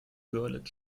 görlitz